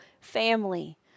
family